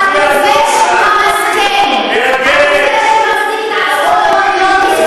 מה את עושה?